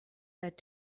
that